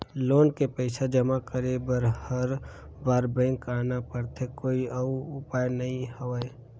Loan के पईसा जमा करे बर हर बार बैंक आना पड़थे कोई अउ उपाय नइ हवय?